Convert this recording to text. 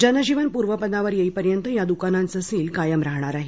जनजीवन पूर्वपदावर येईपर्यंत या दुकानांचं सील कायम राहणार आहे